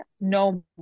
no